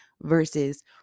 versus